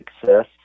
success